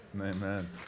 Amen